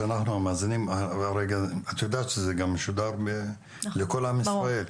את יודעת שזה גם משודר לכל עם ישראל.